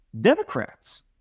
Democrats